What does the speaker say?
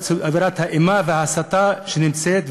אווירת האימה וההסתה שנמצאת,